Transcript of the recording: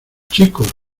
chicos